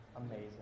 amazing